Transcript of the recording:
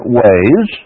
ways